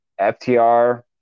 FTR